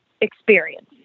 experience